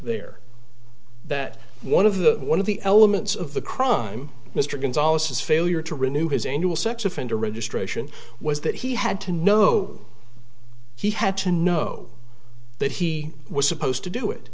there that one of the one of the elements of the crime mr gonzales his failure to renew his annual sex offender registration was that he had to know he had to know that he was supposed to do it